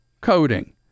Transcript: coding